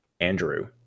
Andrew